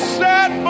set